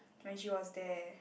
when she was there